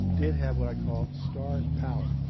did have what i call star power.